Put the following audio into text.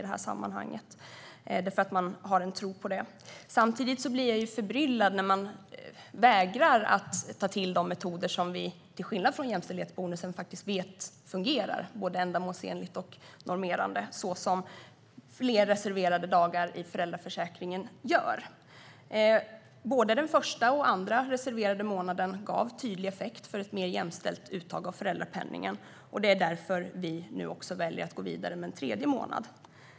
Å andra sidan blir jag förbryllad när man vägrar använda de metoder som vi till skillnad från jämställdhetsbonusen vet fungerar ändamålsenligt och normerande, vilket fler reserverade dagar i föräldraförsäkringen gör. Både den första och den andra reserverade månaden gav tydlig effekt för ett mer jämställt uttag av föräldrapenningen. Det är därför vi väljer att gå vidare med en tredje månad.